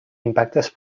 impactes